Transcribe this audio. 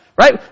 right